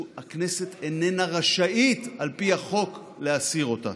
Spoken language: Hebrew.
הכנסת איננה רשאית על פי החוק להסיר אותה.